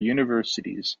universities